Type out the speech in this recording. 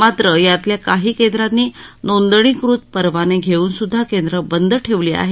मात्र यातल्या काही केंद्रांनी नोंदणीकृत परवाने धेऊनसुद्धा केंद्रं बंद ठेवली आहेत